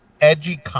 edgy